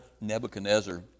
Nebuchadnezzar